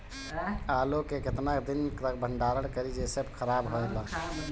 आलू के केतना दिन तक भंडारण करी जेसे खराब होएला?